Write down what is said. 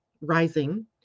rising